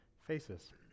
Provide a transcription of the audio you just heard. faces